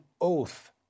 oath